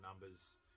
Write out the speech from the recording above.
numbers